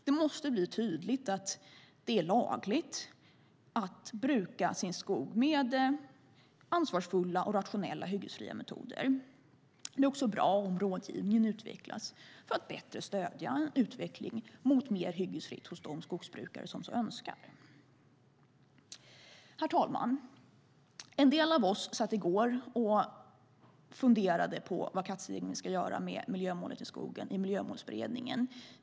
Det måste bli tydligt att det är lagligt att bruka sin skog med ansvarsfulla och rationella hyggesfria metoder. Det är också bra om rådgivningen utvecklas för att bättre stödja en utveckling mot mer hyggesfritt hos de skogsbrukare som så önskar. Herr talman! En del av oss satt i går och funderade på vad vi ska göra med miljömålet om skogen i Miljömålsberedningen.